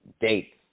dates